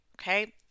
Okay